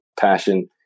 passion